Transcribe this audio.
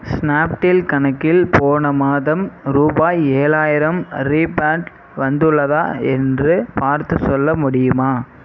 Snapdeal கணக்கில் போன மாதம் ரூபாய் ஏழாயிரம் ரீஃபண்ட் வந்துள்ளதா என்று பார்த்து சொல்ல முடியுமா